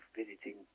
visiting